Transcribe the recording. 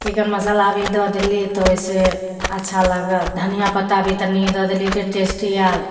chicken masala भी दऽ देली तऽ ओइसँ अच्छा लागल धनियाँ पत्ता भी तनी दऽ देली टेस्टी आयल